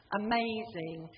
amazing